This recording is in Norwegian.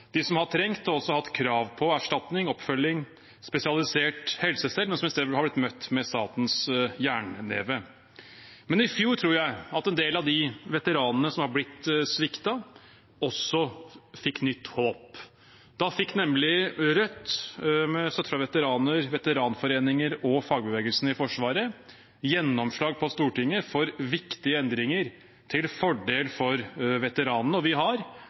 de som har trengt, og også hatt krav på, erstatning, oppfølging og spesialisert helsestell, men som i stedet er blitt møtt med statens jernneve. I fjor tror jeg at en del av de veteranene som er blitt sviktet, fikk nytt håp. Da fikk nemlig Rødt, med støtte fra veteraner, veteranforeninger og fagbevegelsen i Forsvaret, gjennomslag på Stortinget for viktige endringer til fordel for veteranene. Vi har